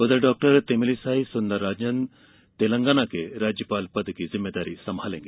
उधर डाक्टर तमिलिसाई सुंदरराजन तेलंगाना के राज्यपाल पद की जिम्मेदारी संभालेंगे